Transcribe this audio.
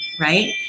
right